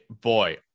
boy